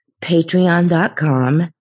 patreon.com